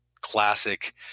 classic